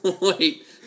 Wait